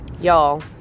y'all